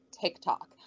TikTok